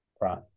Right